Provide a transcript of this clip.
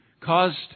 caused